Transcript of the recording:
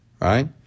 right